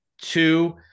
Two